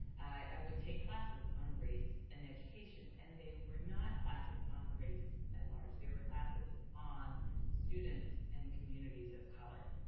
i would take classes on race in education. and they were not classes on race and large, they were classes on students and communities of color.